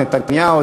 את נתניהו,